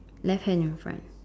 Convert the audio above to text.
left hand in your front